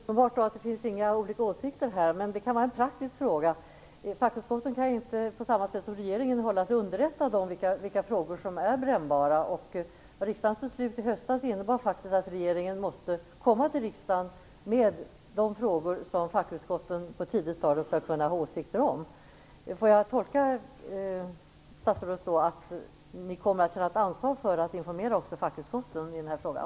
Herr talman! Det är uppenbart att det inte finns olika åsikter här. Men det kan vara en praktisk fråga. Fackutskotten kan inte på samma sätt som regeringen hålla sig underrättade om vilka frågor som är brännbara. Riksdagens beslut i höstas innebar faktiskt att regeringen måste komma till riksdagen med de frågor som fackutskotten på ett tidigt stadium skall kunna ha åsikter om. Får jag tolka statsrådet så att regeringen kommer att känna ett ansvar för att informera också fackutskotten i den här frågan?